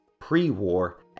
Pre-war